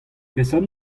peseurt